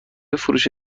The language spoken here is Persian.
فروش